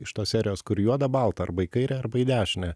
iš tos serijos kur juoda balta arba į kairę arba į dešinę